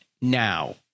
now